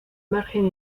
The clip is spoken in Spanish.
margen